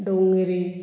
डोंगरी